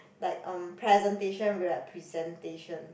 like um presentation we like presentation